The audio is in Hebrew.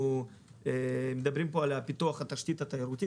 אנחנו מדברים פה על פיתוח התשתית התיירותית